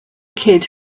kid